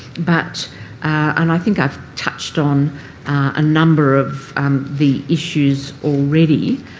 but and i think i've touched on a number of the issues already.